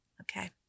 okay